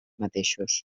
mateixos